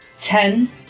ten